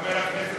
חבר הכנסת,